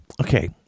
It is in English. Okay